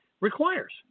requires